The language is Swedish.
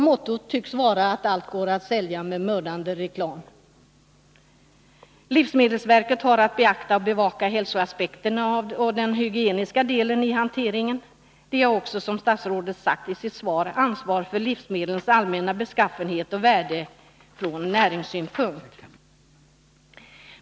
Mottot tycks vara att allt går att sälja med mördande reklam. Livsmedelsverket har att beakta och bevaka hälsoaspekterna och den hygieniska delen i hanteringen. Verket har också, som statsrådet sagt i sitt svar, ansvar för livsmedlens allmänna beskaffenhet och värde från näringssynpunkt.